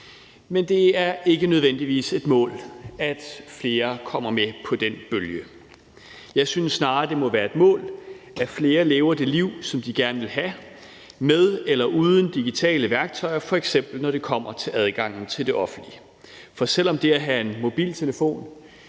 men det er ikke nødvendigvis et mål, at flere kommer med på den bølge. Jeg synes snarere, det må være et mål, at flere lever det liv, som de gerne vil have, med eller uden digitale værktøjer, f.eks. når det kommer til adgangen til det offentlige. For selv om det at have en mobiltelefon